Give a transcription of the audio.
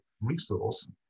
resource